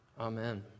Amen